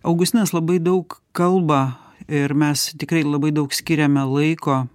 augustinas labai daug kalba ir mes tikrai labai daug skiriame laiko